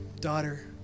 daughter